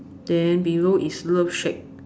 then below is love shack